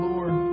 Lord